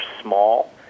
small